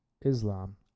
Islam